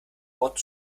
wort